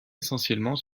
essentiellement